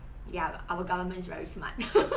ya our government is very smart